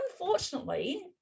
unfortunately